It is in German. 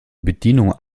bedienung